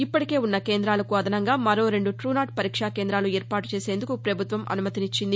ఇప్పటికే ఉన్న కేందాలకు అదనంగా మరో రెండు టూనాట్ పరీక్ష కేందాలు ఏర్పాటు చేసేందుకు ప్రభుత్వం అనుమతిచ్చింది